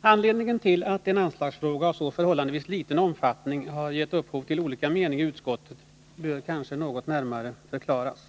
Anledningen till att en anslagsfråga av så förhållandevis liten omfattning har gett upphov till olika meningar i utskottet bör kanske något närmare förklaras.